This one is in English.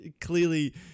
Clearly